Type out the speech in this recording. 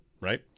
right